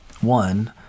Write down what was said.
one